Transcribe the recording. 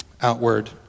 outward